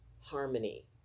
harmony